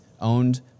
owned